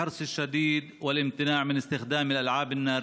לנקוט זהירות יתרה,